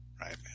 right